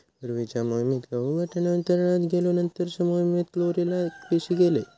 पूर्वीच्या मोहिमेत गहु, वाटाणो अंतराळात गेलो नंतरच्या मोहिमेत क्लोरेला पेशी गेले